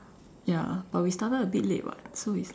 ya but we started a bit late [what] so it's like